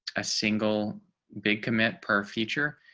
a single big commit per feature.